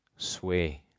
Sway